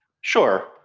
Sure